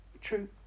true